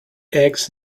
eggs